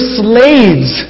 slaves